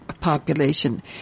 Population